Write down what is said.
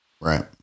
Right